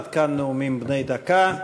עד כאן נאומים בני דקה.